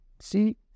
See